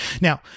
Now